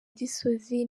gisozi